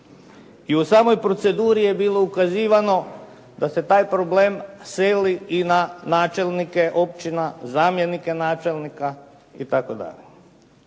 I u samoj proceduri je bilo ukazivano da se taj problem seli i na načelnike općina, zamjenike načelnika itd.